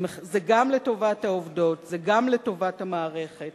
זה גם לטובת העובדות, זה גם לטובת המערכת,